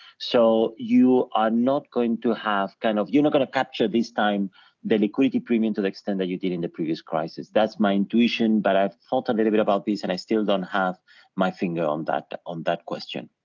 so you are not going to have kind of, you're not gonna capture this time the liquidity premium to the extent that you did in the previous crisis, that's my intuition but i've thought a little bit about this and i still don't have my finger on that on that question.